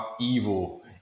evil